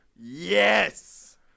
yes